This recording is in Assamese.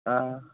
অ'